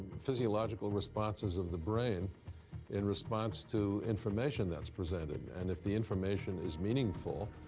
physiological responses of the brain in response to information that's presented. and if the information is meaningful,